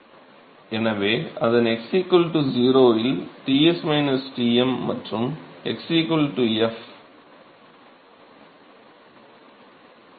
எனவே அதன் x 0 இல் T s T m மற்றும் x f